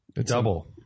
Double